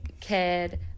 kid